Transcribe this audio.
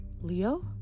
Leo